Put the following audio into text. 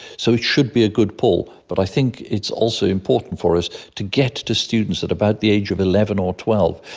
so it should be a good pull, but i think it's also important for us to get to students at about the age of eleven or twelve,